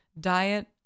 diet